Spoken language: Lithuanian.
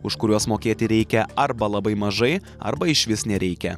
už kuriuos mokėti reikia arba labai mažai arba išvis nereikia